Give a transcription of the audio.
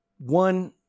one